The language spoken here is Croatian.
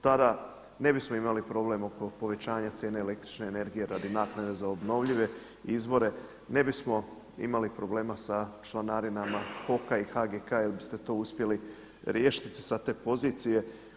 Tada ne bismo imali problem oko povećanja cijene električne energije radi naknade za obnovljive izvore, ne bismo imali problema sa članarinama HOK-a i HGK jer biste to uspjeli riješiti sa te pozicije.